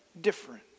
different